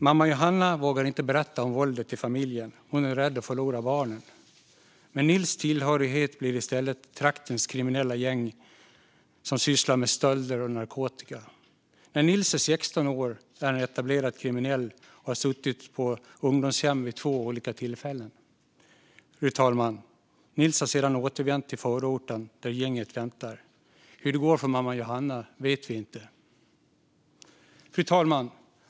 Mamma Johanna vågar inte berätta om våldet i familjen. Hon är rädd att förlora barnen. Men Nils tillhörighet blir i stället traktens kriminella gäng som sysslar med stölder och narkotika. När Nils är 16 år är han etablerat kriminell och har suttit på ungdomshem vid två olika tillfällen. Nils har sedan återvänt till förorten där gänget väntar. Hur det går för mamma Johanna vet vi inte. Fru talman!